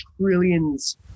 trillions